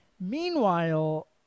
Meanwhile